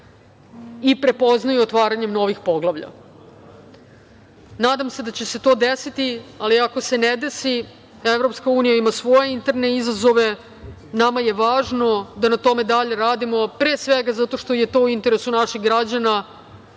i prepoznaju otvaranjem novih poglavlja. Nadam se da će se to desiti, a ako se ne desi, EU ima svoje interne izazove. Nama je važno da na tome dalje radimo, pre svega zato što je to u interesu naših građana,